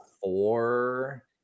four